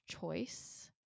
choice